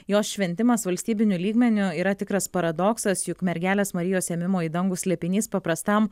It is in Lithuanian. jos šventimas valstybiniu lygmeniu yra tikras paradoksas juk mergelės marijos ėmimo į dangų slėpinys paprastam